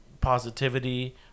positivity